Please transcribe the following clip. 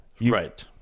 right